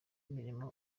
imirimo